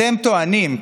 אתם טוענים,